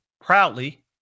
proudly